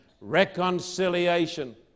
reconciliation